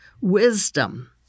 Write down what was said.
wisdom